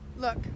Look